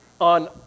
on